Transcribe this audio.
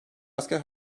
asker